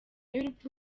y’urupfu